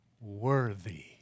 worthy